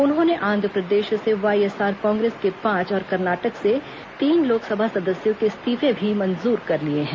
उन्होंने आंध्रप्रदेश से वाईएसआर कांग्रेस के पांच और कर्नाटक से तीन लोकसभा सदस्यों के इस्तीफे भी मंजूर कर लिए हैं